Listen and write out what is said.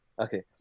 Okay